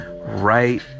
Right